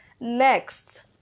Next